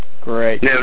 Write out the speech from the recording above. Great